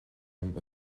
orm